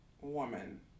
woman